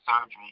surgery